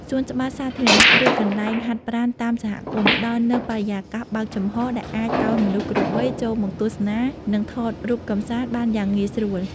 សួនច្បារសាធារណៈ ឬកន្លែងហាត់ប្រាណតាមសហគមន៍ ផ្ដល់នូវបរិយាកាសបើកចំហដែលអាចឱ្យមនុស្សគ្រប់វ័យចូលមកទស្សនា និងថតរូបកម្សាន្តបានយ៉ាងងាយស្រួល។